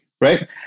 right